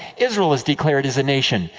israel is declared as a nation.